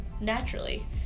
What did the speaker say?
naturally